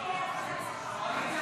פרישה (הורה שילדו